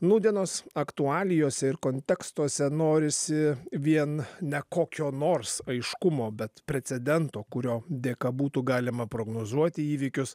nūdienos aktualijose ir kontekstuose norisi vien ne kokio nors aiškumo bet precedento kurio dėka būtų galima prognozuoti įvykius